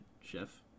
chef